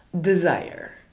desire